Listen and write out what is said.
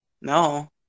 No